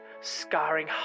scarring